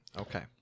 Okay